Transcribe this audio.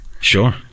Sure